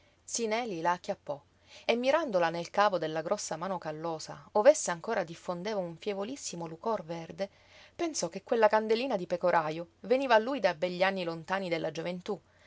la acchiappò e mirandola nel cavo della grossa mano callosa ov'essa ancora diffondeva un fievolissimo lucor verde pensò che quella candelina di pecorajo veniva a lui dai begli anni lontani della gioventú